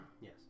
Yes